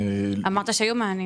אמרת שהיו מענים.